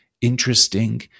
interesting